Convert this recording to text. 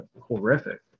horrific